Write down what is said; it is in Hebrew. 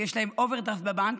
ויש להם אוברדרפט בבנק,